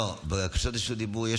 וביקשו רשות דיבור.